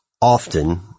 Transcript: often